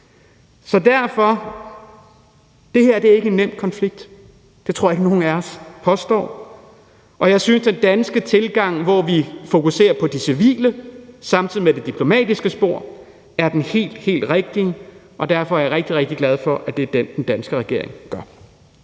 sige: Det her er ikke en nem konflikt, det tror jeg ikke at nogen af os påstår, og jeg synes, den danske tilgang, hvor vi fokuserer på de civile og samtidig på det diplomatiske spor, er den helt, helt rigtige, og derfor er jeg rigtig, rigtig glad for, at det er det, den danske regering gør.